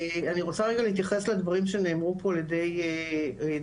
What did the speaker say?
אני רוצה רגע להתייחס לדברים שנאמרו פה על ידי דוברים.